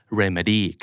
remedy